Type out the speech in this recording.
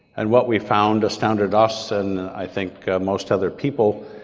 and what we found astounded us, and i think most other people,